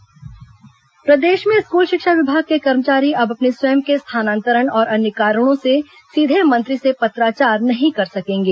school शिक्षा विभाग निर्देश प्रदेश में स्कूल शिक्षा विभाग के कर्मचारी अब अपने स्वयं के स्थानांतरण और अन्य कारणों से सीधे मंत्री से पत्राचार नहीं कर सकेंगे